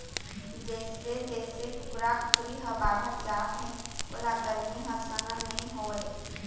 जइसे जइसे कुकरा कुकरी ह बाढ़त जाथे ओला गरमी ह सहन नइ होवय